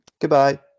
goodbye